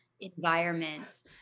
environments